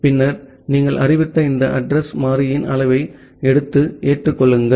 பின்னர் நீங்கள் அறிவித்த இந்த அட்ரஸ் மாறியின் அளவை எடுத்து ஏற்றுக் கொள்ளுங்கள்